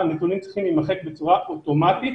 הנתונים צריכים להימחק בצורה אוטומטית.